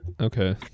okay